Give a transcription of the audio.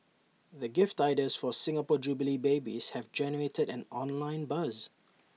the gift ideas for Singapore jubilee babies have generated an online buzz